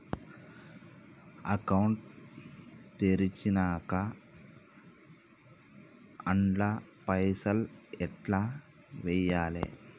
Account తెరిచినాక అండ్ల పైసల్ ఎట్ల వేయాలే?